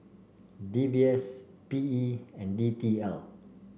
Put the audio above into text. D B S P E and D T L